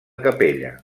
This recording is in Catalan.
capella